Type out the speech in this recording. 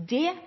og